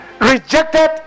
rejected